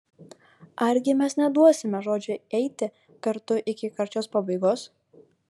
argi mes neduosime žodžio eiti kartu iki karčios pabaigos